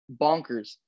bonkers